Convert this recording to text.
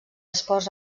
esports